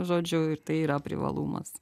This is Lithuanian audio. žodžiu ir tai yra privalumas